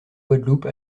guadeloupe